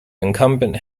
incumbent